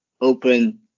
open